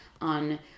on